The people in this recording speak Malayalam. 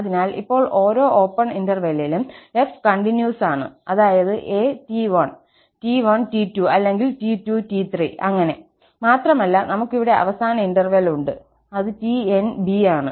അതിനാൽ ഇപ്പോൾ ഓരോ ഓപ്പൺ ഇന്റെർവെലിലും f കണ്ടിന്യൂസ് ആണ് അതായത് at1 t1t2 അല്ലെങ്കിൽ t2t3 ഇങ്ങനെ മാത്രമല്ല നമുക്കിവിടെ അവസാന ഇന്റർവെൽ ഉണ്ട് അത് tnb ആണ്